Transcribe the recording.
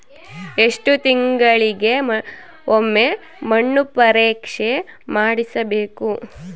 ಎಷ್ಟು ತಿಂಗಳಿಗೆ ಒಮ್ಮೆ ಮಣ್ಣು ಪರೇಕ್ಷೆ ಮಾಡಿಸಬೇಕು?